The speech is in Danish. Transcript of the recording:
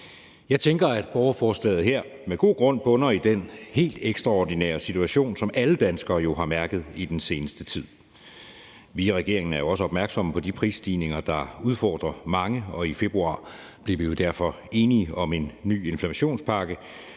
Jeg tænker, at borgerforslaget her med god grund bunder i den helt ekstraordinære situation, som alle danskere jo har mærket i den seneste tid. Vi i regeringen er også opmærksomme på de prisstigninger, der udfordrer mange, og i februar blev vi derfor enige om en ny inflationspakke,